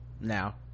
now